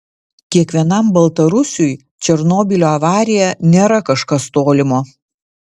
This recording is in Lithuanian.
kiekvienam baltarusiui černobylio avarija nėra kažkas tolimo